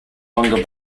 longer